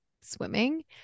swimming